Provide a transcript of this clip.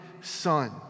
Son